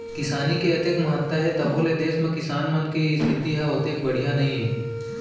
किसानी के अतेक महत्ता हे तभो ले देस म किसान मन के इस्थिति ह ओतेक बड़िहा नइये